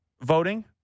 voting